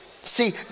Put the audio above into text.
See